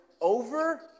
over